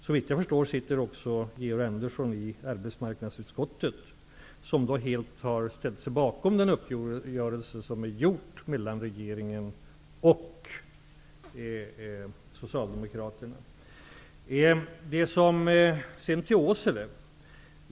Såvitt jag förstår sitter Georg Andersson också i arbetsmarknadsutskottet, som har ställt sig bakom uppgörelsen mellan regeringen och Sedan till Åsele.